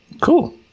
Cool